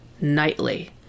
nightly